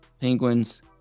penguins